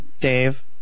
Dave